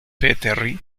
terry